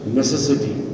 necessity